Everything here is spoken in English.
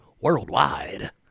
worldwide